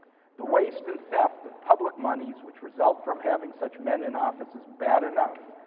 the waste and theft of public monies which result from having such men in office is bad enough,